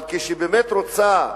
אבל כשהיא באמת רוצה,